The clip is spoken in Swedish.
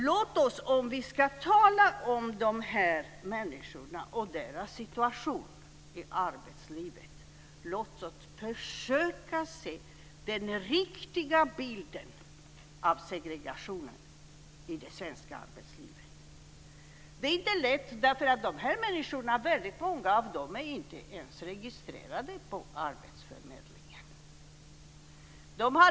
Låt oss, om vi ska tala om de här människorna och deras situation i arbetslivet, försöka se den riktiga bilden av segregationen i det svenska arbetslivet! Det är inte lätt därför att väldigt många av de här människorna är inte ens registrerade på arbetsförmedlingen.